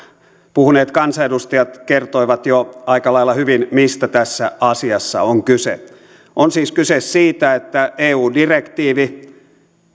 puhuneet kansanedustajat kertoivat jo aika lailla hyvin mistä tässä asiassa on kyse on siis kyse siitä että eu direktiivi